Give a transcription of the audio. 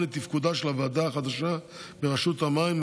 את תפקודה של הוועדה החדשה ברשות המים,